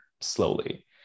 slowly